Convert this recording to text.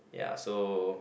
ya so